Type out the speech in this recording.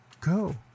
go